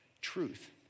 truth